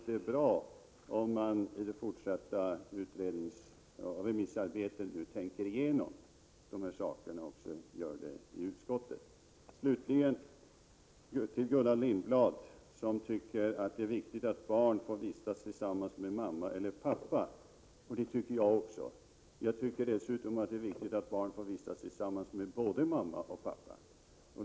Det är bra om hänsyn tas till dessa förhållanden i remissarbetet och också i utskottet. Slutligen några ord till Gullan Lindblad, som tycker att det är viktigt att barn får vistas tillsammans med mamma eller pappa. Det tycker jag också. Jag tycker dessutom att det är viktigt att barn får vistas tillsammans med både mamma och pappa.